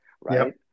right